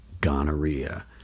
gonorrhea